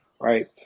right